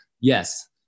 yes